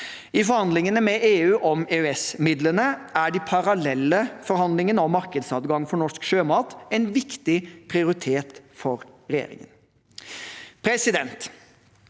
I forhandlingene med EU om EØS-midlene er de parallelle forhandlingene om markedsadgang for norsk sjømat en viktig prioritet for regjeringen. Til